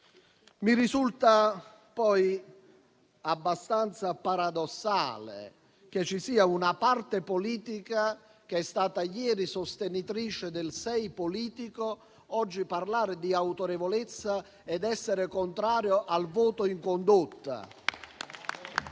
Mi risulta poi abbastanza paradossale che una parte politica, che è stata ieri sostenitrice del 6 politico, oggi parli di autorevolezza e sia contraria al voto in condotta.